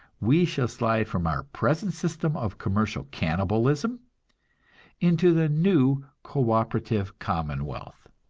we shall slide from our present system of commercial cannibalism into the new co-operative commonwealth.